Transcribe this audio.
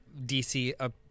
DC